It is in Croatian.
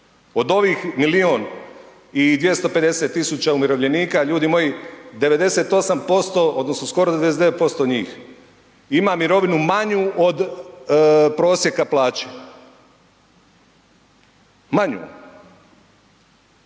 od ovih milijun i 250 tisuća umirovljenika, ljudi moji, 98%, odnosno skoro 99% njih ima mirovinu manju od prosjeka plaće. Manju.